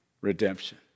redemption